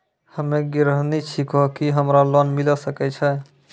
हम्मे गृहिणी छिकौं, की हमरा लोन मिले सकय छै?